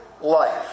life